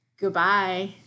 Goodbye